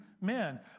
men